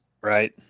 right